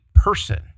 person